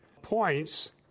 Points